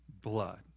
blood